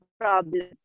problem